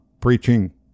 preaching